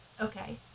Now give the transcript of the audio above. Okay